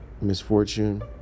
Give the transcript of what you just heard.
misfortune